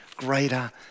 greater